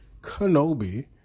Kenobi